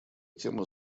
тема